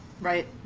right